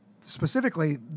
specifically